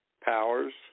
Powers